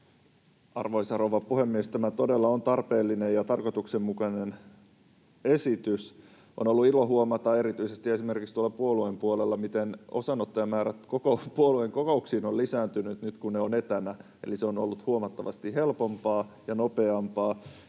Arvoisa rouva puhemies! Tämä todella on tarpeellinen ja tarkoituksenmukainen esitys. On esimerkiksi ollut ilo huomata erityisesti puolueen puolella, miten osanottajamäärät koko puolueen kokouksiin ovat lisääntyneet nyt, kun ne ovat etänä, eli se on ollut huomattavasti helpompaa ja nopeampaa